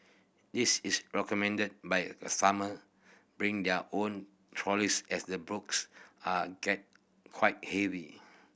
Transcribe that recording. it's is recommended by the farmer bring their own trolleys as the books are get quite heavy